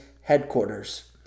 headquarters